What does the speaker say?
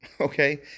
Okay